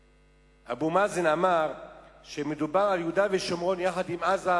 אבו מאזן שמדובר על יהודה ושומרון יחד עם עזה,